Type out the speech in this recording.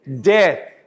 Death